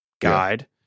guide